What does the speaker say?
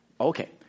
Okay